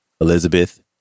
Elizabeth